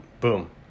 boom